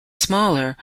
smaller